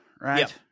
right